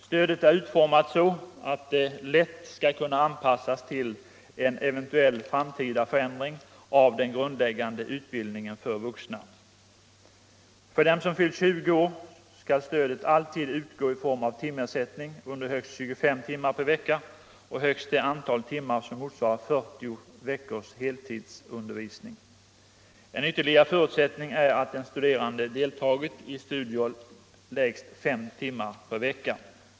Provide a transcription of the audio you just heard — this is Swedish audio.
Stödet är utformat så att det lätt skall kunna anpassas till en eventuell framtida förändring av den grundläggande utbildningen för vuxna. För dem som fyllt 20 år skall stödet alltid utgå i form av timersättning under högst 25 timmar per vecka och högst det antal timmar som motsvarar 40 veckors heltidsundervisning. En ytterligare förutsättning är att den studerande deltagit i studier minst 5 timmar per vecka.